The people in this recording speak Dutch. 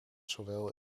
zowel